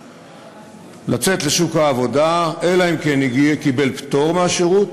לצאת לשוק העבודה אלא אם כן קיבל פטור מהשירות,